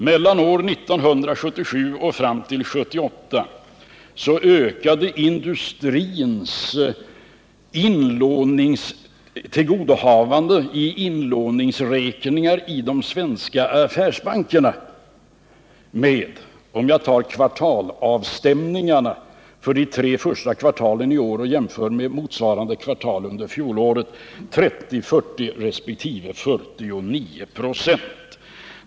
Från år 1977 till 1978 ökade industrins tillgodohavanden på inlåningsräkningar i de svenska affärsbankerna med — jag jämför kvartalsavstämningarna för de tre första kvartalen i år med motsvarande under fjolåret — 30, 40 resp. 49 96.